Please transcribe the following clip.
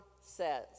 says